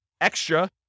extra